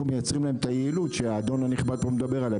מייצרים להם פה את אותה יעילות שהאדון המכובד פה מדבר עליה.